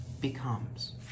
becomes